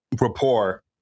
rapport